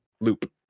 Loop